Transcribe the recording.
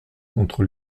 contre